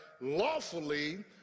lawfully